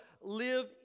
live